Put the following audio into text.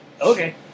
Okay